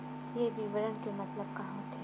ये विवरण के मतलब का होथे?